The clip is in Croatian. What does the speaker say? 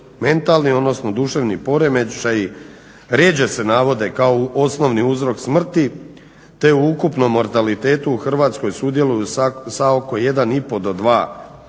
mentalni odnosno duševni poremećaji rjeđe se navode kao osnovni uzrok smrti te u ukupnom mortalitetu u Hrvatskoj sudjeluju sa oko 1,5 do 2%, a